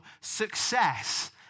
success